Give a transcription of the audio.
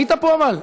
היית פה אבל?